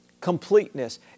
Completeness